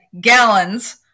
gallons